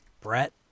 Brett